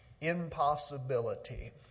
impossibility